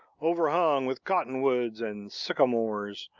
overhung with cottonwoods and sycamores,